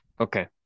Okay